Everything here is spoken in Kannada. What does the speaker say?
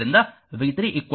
ಆದ್ದರಿಂದv 3 12i3